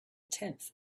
tenth